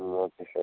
ம் okay sir